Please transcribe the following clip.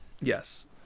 Yes